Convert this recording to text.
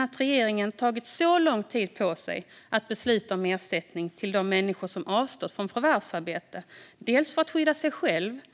Att regeringen tagit så lång tid på sig att besluta om ersättning till de människor som avstått från förvärvsarbete dels för att skydda sig själva, dels